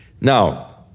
Now